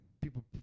people